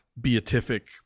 beatific